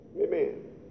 Amen